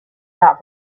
not